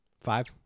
Five